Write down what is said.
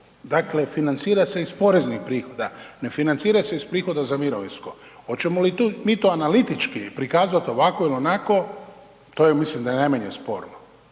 dakle financira se iz poreznih prihoda, ne financira se iz prihoda za mirovinsko, hoćemo mi to analitički prikazati ovako ili onako, to ja mislim da je najmanje sporno.